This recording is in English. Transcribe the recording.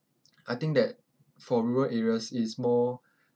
I think that for rural areas it is more